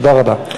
תודה רבה.